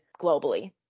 globally